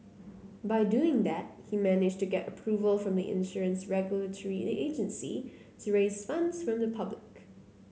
by doing that he managed to get approval from the insurance regulatory agency to raise funds from the public